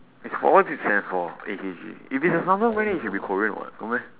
is for what what's it stands for A_K_G if it's a samsung brand then it should be korean what no meh